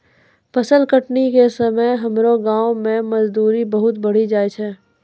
फसल कटनी के समय हमरो गांव मॅ मजदूरी बहुत बढ़ी जाय छै